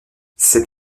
c’est